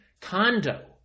condo